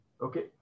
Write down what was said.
Okay